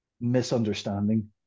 misunderstanding